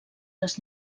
les